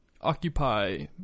Occupy